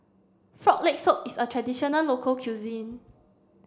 frog leg soup is a traditional local cuisine